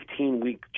15-week